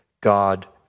God